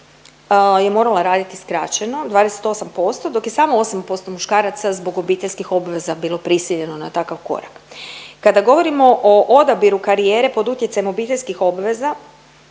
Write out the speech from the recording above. je morala raditi skraćeno 28%, dok je samo 8% muškaraca zbog obiteljskih obveza bilo prisiljeno na takav korak. Kada govorimo o odabiru karijere pod utjecajem obiteljskih obveza,